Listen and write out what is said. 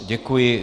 Děkuji.